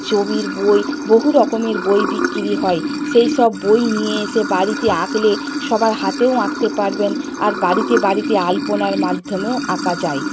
ছবির বই বহু রকমের বই বিক্রি হয় সেই সব বই নিয়ে এসে বাড়িতে আঁকলে সবার হাতেও আঁকতে পারবেন আর বাড়িতে বাড়িতে আলপনার মাধ্যমেও আঁকা যায়